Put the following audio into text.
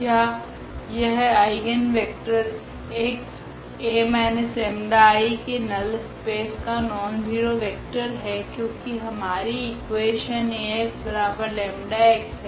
या यह eigenvector x A 𝜆I के नल स्पेस का नॉनज़ीरो वेक्टर है क्योकि हमारी इकुवेशन Ax𝜆x है